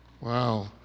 Wow